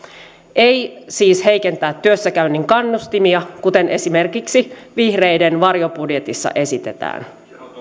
ei siis pidä heikentää työssäkäynnin kannustimia kuten esimerkiksi vihreiden varjobudjetissa esitetään